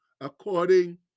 according